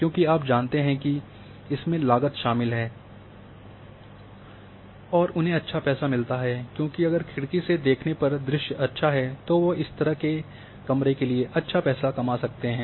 क्योंकि आप जानते हैं कि इसमें लागत शामिल है और उन्हें अच्छा पैसा मिलता है क्योंकि अगर खिड़की से देखने पर दृश्य अच्छा है तो वे इस तरह के कमरे के लिए अच्छा पैसा कमा सकते हैं